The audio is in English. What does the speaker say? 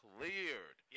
Cleared